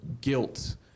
guilt